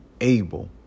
able